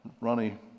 Ronnie